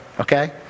Okay